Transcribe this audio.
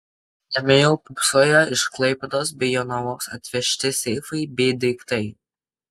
jame jau pūpsojo iš klaipėdos bei jonavos atvežti seifai bei daiktai